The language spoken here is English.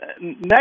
next